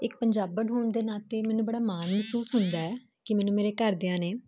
ਇੱਕ ਪੰਜਾਬਣ ਹੋਣ ਦੇ ਨਾਤੇ ਮੈਨੂੰ ਬੜਾ ਮਾਣ ਮਹਿਸੂਸ ਹੁੰਦਾ ਕਿ ਮੈਨੂੰ ਮੇਰੇ ਘਰ ਦਿਆਂ ਨੇ